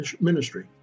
ministry